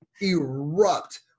erupt